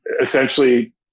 essentially